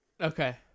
Okay